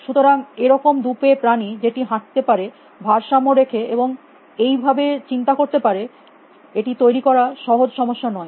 সুতরাং এরকম দু পেয়ে প্রাণী যেটি হাঁটতে পারে ভারসাম্য রেখে এবং এইভাবে চিন্তা করতে পারে এটি তৈরী করা সহজ সমস্যা নয়